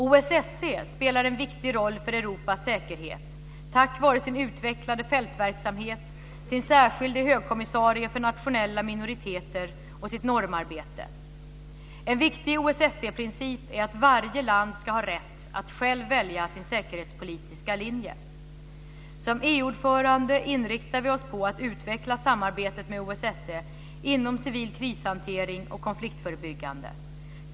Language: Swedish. OSSE spelar en viktig roll för Europas säkerhet tack vare sin utvecklade fältverksamhet, sin särskilde högkommissarie för nationella minoriteter och sitt normarbete. En viktig OSSE-princip är att varje land ska ha rätt att själv välja sin säkerhetspolitiska linje. Som EU-ordförande inriktar vi oss på att utveckla samarbetet med OSSE inom civil krishantering och konfliktförebyggande.